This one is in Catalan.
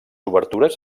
obertures